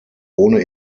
ohne